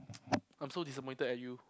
I'm so disappointed at you